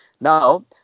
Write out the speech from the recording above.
Now